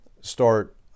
start